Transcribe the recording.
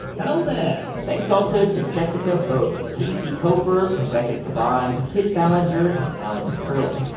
hello there thanks also to jessica boddy, casey koeffer, rebecca caban, kit ballenger and alex curley.